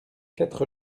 quatre